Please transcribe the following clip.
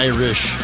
Irish